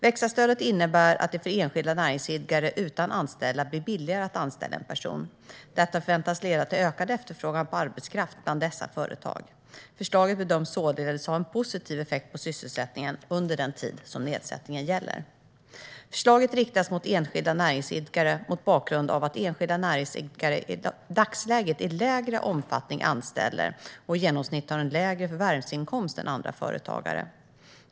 Växa-stödet innebär att det för enskilda näringsidkare utan anställda blir billigare att anställa en person. Detta förväntas leda till ökad efterfrågan på arbetskraft bland dessa företag. Förslaget bedöms således ha en positiv effekt på sysselsättningen under den tid nedsättningen gäller. Förslaget riktas mot enskilda näringsidkare mot bakgrund av att enskilda näringsidkare i dagsläget anställer i mindre omfattning och i genomsnitt har en lägre förvärvsinkomst än andra företagare.